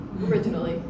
Originally